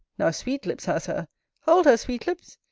now sweetlips has her hold her, sweetlips!